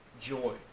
joy